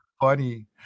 funny